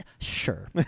sure